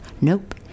Nope